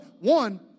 one